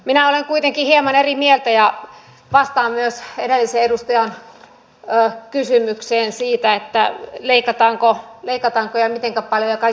minä olen kuitenkin hieman eri mieltä ja vastaan myös edellisen edustajan kysymykseen siitä että leikataanko ja mitenkä paljon kaikilta leikataan